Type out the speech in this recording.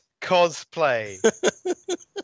cosplay